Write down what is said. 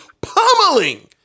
pummeling